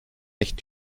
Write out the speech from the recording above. echt